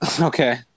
Okay